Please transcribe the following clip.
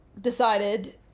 decided